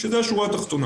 זאת השורה התחתונה